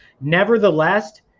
nevertheless